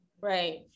Right